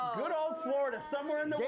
good old florida, somewhere in